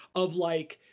of like,